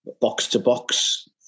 box-to-box